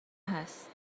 هست